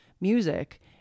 music